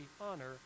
honor